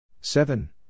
Seven